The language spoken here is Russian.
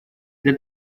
для